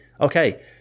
okay